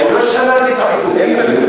אני לא שללתי את החיבוקים האלה,